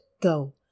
Go